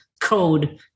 code